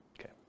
Okay